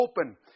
open